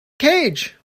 cage